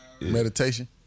meditation